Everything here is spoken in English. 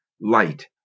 light